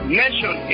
nation